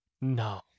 no